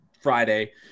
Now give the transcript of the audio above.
Friday